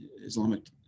Islamic